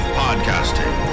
podcasting